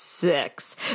Six